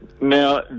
Now